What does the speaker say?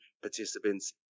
participants